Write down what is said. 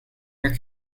your